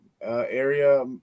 area